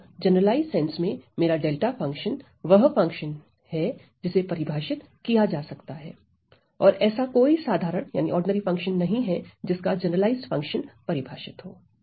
अतः generalized sense में मेरा डेल्टा फंक्शन वह फंक्शन है जिसे परिभाषित किया जा सकता है और ऐसा कोई साधारण फंक्शन नहीं है जिसका जनरलाइज्ड फंक्शन परिभाषित हो